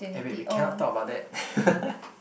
eh wait we cannot talk about that